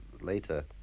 later